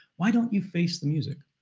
why don't you face the music?